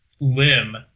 limb